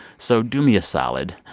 so do me a solid.